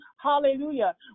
Hallelujah